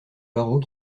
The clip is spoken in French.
barreaux